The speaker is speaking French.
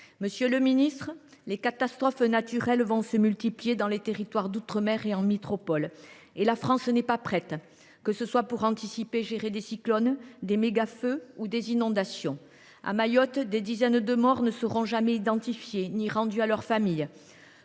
Monsieur le ministre, alors que les catastrophes naturelles vont se multiplier, dans les territoires d’outre mer comme en métropole, la France n’est pas prête. Elle n’est pas en mesure d’anticiper et de gérer des cyclones, des mégafeux ou des inondations. À Mayotte, des dizaines de morts ne seront jamais identifiés ni rendus à leurs familles.